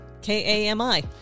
K-A-M-I